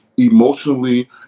emotionally